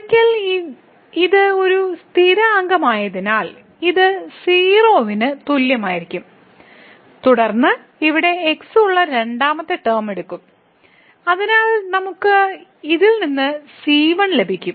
ഒരിക്കൽ ഇത് ഒരു സ്ഥിരാങ്കമായതിനാൽ ഇത് 0 ന് തുല്യമായിരിക്കും തുടർന്ന് ഇവിടെ x ഉള്ള രണ്ടാമത്തെ ടേം എടുക്കും അതിനാൽ നമുക്ക് ഇതിൽ നിന്ന് c1 ലഭിക്കും